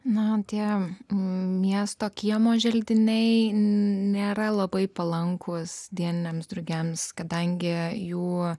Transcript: na o tie miesto kiemo želdiniai nėra labai palankūs dieniniams drugiams kadangi jų